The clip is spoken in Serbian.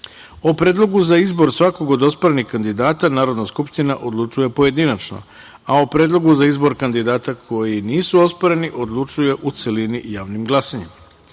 Predlogu za izbor svakog od osporenih kandidata, Narodna skupština odlučuje pojedinačno, a o predlogu za izbor kandidata koji nisu osporeni, odlučuje u celini, javnim glasanjem.“U